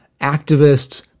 activists